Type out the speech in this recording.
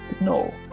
No